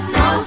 no